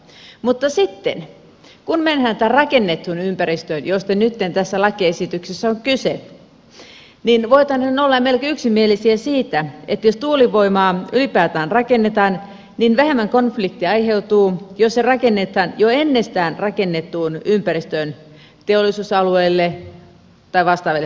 mutta sitten kun mennään tähän rakennettuun ympäristöön josta nytten tässä lakiesityksessä on kyse niin voitaneen olla melko yksimielisiä siitä että jos tuulivoimaa ylipäätään rakennetaan niin vähemmän konflikteja aiheutuu jos se rakennetaan jo ennestään rakennettuun ympäristöön teollisuusalueille tai vastaaville paikoille